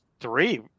Three